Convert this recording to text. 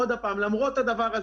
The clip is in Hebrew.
עוד פעם, למרות הדבר הזה,